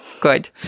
good